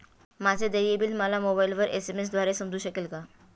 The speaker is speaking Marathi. माझे देय बिल मला मोबाइलवर एस.एम.एस द्वारे समजू शकेल का?